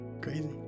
Crazy